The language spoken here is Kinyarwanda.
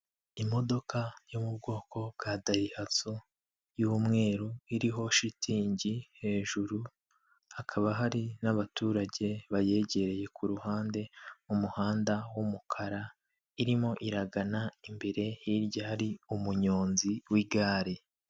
Imodoka yo mu bwoko bwa dayihatso y'umweru iriho shitingi hejuru hakaba hari n'abaturage bayegereye, ku ruhande mu muhanda w'umukara irimo iragana imbere hirya hari umunyonzi w'igare.